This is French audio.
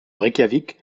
reykjavik